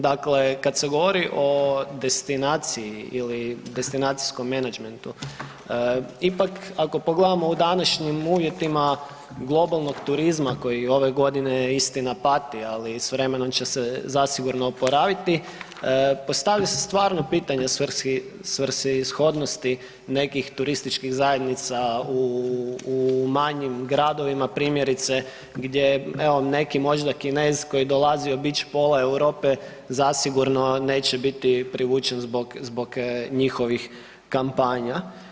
Dakle, kad se govori o destinaciji ili destinacijskom menadžmentu, ipak ako pogledamo u današnjim uvjetima globalnog turizma koji ove godine istina pati, ali s vremenom će se zasigurno oporaviti, postavlja se stvarno pitanje svrsishodnosti nekih turističkih zajednica u, u manjim gradovima, primjerice gdje evo neki možda Kinez koji dolazi obić pola Europe zasigurno neće biti privučen zbog, zbog njihovih kampanja.